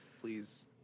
please